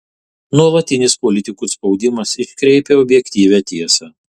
nuolatinis politikų spaudimas iškreipia objektyvią tiesą